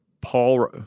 Paul